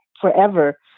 forever